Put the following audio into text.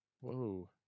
Whoa